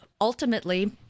ultimately